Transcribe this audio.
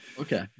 Okay